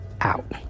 Out